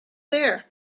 there